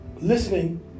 listening